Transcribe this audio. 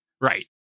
right